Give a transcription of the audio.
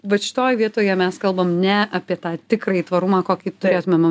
vat šitoj vietoje mes kalbam ne apie tą tikrąjį tvarumą kokį turėtumėm